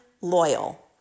loyal